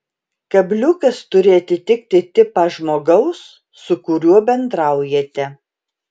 kabliukas turi atitikti tipą žmogaus su kuriuo bendraujate